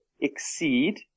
exceed